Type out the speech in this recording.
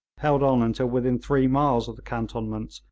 held on until within three miles of the cantonments,